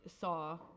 saw